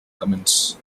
cummins